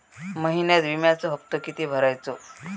महिन्यात विम्याचो हप्तो किती भरायचो?